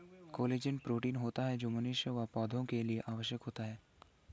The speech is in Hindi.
कोलेजन प्रोटीन होता है जो मनुष्य व पौधा के लिए आवश्यक होता है